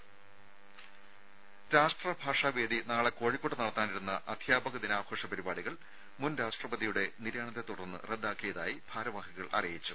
രുമ രാഷ്ട്ര ഭാഷാ വേദി നാളെ കോഴിക്കോട്ട് നടത്താനിരുന്ന അധ്യാപക ദിനാഘോഷ പരിപാടികൾ മുൻ രാഷ്ട്രപതിയുടെ നിര്യാണത്തെത്തുടർന്ന് റദ്ദാക്കിയതായി ഭാരവാഹികൾ അറിയിച്ചു